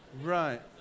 Right